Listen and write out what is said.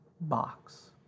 box